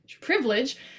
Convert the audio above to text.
privilege